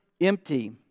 empty